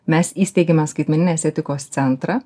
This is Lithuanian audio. mes įsteigėme skaitmeninės etikos centrą